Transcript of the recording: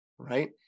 Right